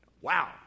Wow